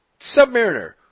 Submariner